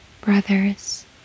brothers